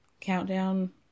countdown